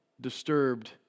Disturbed